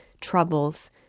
troubles